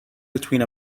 between